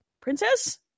princess